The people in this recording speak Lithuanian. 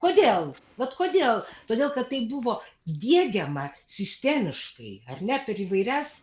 kodėl vat kodėl todėl kad tai buvo diegiama sistemiškai ar ne per įvairias